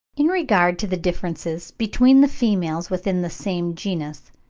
in regard to the differences between the females within the same genus,